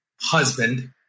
husband